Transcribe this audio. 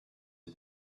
aux